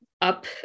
up